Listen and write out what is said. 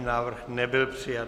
Návrh nebyl přijat.